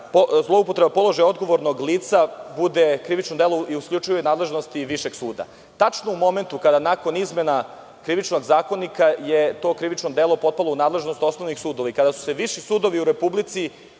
zloupotreba položaja odgovornog lica bude krivično delo i u isključivoj nadležnosti višeg suda. Tačno u momentu kada nakon izmena Krivičnog zakonika je to krivično delo potpalo u nadležnost osnovnih sudova i kada su se viši sudovi u Republici